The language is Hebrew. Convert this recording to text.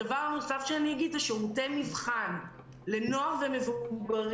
הדבר הנוסף שאני אגיד הוא לגבי שירותי מבחן לנוער ומבוגרים,